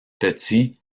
petit